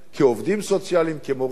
כעובדים סוציאליים, כמורים,